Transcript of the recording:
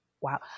wow